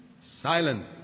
silent